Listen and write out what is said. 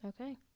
okay